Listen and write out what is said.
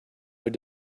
have